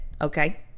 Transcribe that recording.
okay